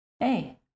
Hey